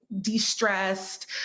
de-stressed